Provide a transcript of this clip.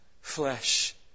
flesh